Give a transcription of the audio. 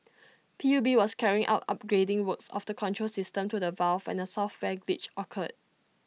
P U B was carrying out upgrading works of the control system to the valve when A software glitch occurred